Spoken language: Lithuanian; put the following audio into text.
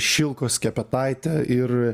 šilko skepetaitę ir